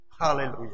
Hallelujah